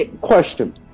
Question